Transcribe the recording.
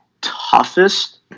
toughest